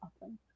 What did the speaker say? often